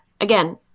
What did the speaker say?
again